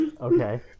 Okay